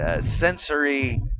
sensory